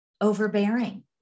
overbearing